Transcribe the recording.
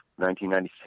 1996